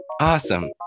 Awesome